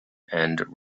and